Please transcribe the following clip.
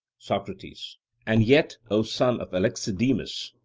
socrates and yet, o son of alexidemus,